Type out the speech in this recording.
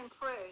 pray